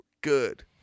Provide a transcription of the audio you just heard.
good